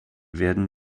werden